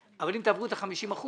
אבל אם תעברו את ה-50%